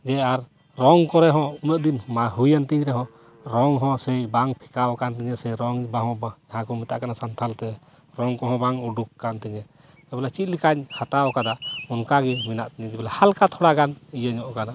ᱡᱮ ᱟᱨ ᱨᱚᱝ ᱠᱚᱨᱮ ᱦᱚᱸ ᱩᱱᱟᱹᱜ ᱫᱤᱱ ᱢᱟ ᱦᱩᱭᱮᱱ ᱛᱤᱧ ᱨᱮᱦᱚᱸ ᱦᱚᱸ ᱥᱮᱭ ᱵᱟᱝ ᱯᱷᱮᱠᱟᱣ ᱠᱟᱱ ᱛᱤᱧᱟᱹ ᱥᱮ ᱨᱚᱝ ᱦᱚᱸ ᱵᱟᱝ ᱡᱟᱦᱟᱸ ᱠᱚ ᱢᱮᱛᱟᱜ ᱠᱟᱱᱟ ᱥᱟᱱᱛᱷᱟᱞ ᱛᱮ ᱨᱚᱝ ᱠᱚᱦᱚᱸ ᱵᱟᱝ ᱩᱰᱩᱠ ᱠᱟᱱ ᱛᱤᱧᱟᱹ ᱡᱮᱵᱚᱞᱮ ᱪᱮᱫ ᱞᱮᱠᱟᱧ ᱦᱟᱛᱟᱣ ᱠᱟᱫᱟ ᱚᱱᱠᱟᱜᱮ ᱢᱮᱱᱟᱜ ᱛᱤᱧᱟᱹ ᱦᱟᱞᱠᱟ ᱛᱷᱚᱲᱟᱜᱟᱱ ᱤᱭᱟᱹ ᱧᱚᱜ ᱠᱟᱱᱟ